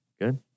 Good